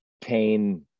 pain